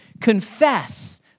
confess